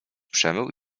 przemył